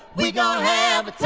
we gotta have.